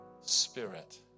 spirit